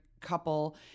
couple